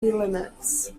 limits